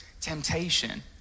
temptation